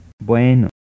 Bueno